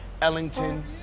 Ellington